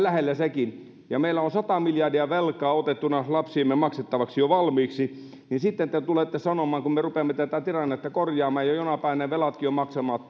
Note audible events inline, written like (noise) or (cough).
(unintelligible) lähellä sekin meillä on sata miljardia velkaa otettuna lapsiemme maksettavaksi jo valmiiksi ja sitten kun me rupeamme tätä tilannetta korjaamaan jonain päivänä ne velatkin